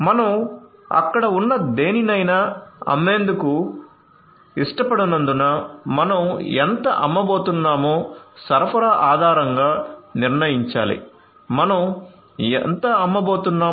మనం అక్కడ ఉన్న దేనినైనా అమ్మేందుకు ఇష్టపడనందున మనం ఎంత అమ్మబోతున్నామొ సరఫరా ఆధారంగా నిర్ణయించాలి మనం ఎంత అమ్మబోతున్నాం